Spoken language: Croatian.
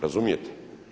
Razumijete?